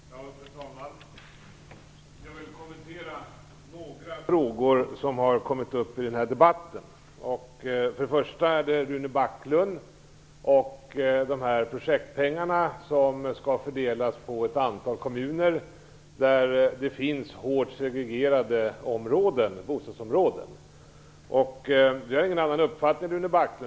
Fru talman! Jag vill kommentera några frågor som har kommit upp i denna debatt. Det gäller för det första det som Rune Backlund tog upp, de projektpengar som skall fördelas till ett antal kommuner med hårt segregerade bostadsområden. Jag har ingen annan uppfattning än Rune Backlund.